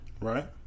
Right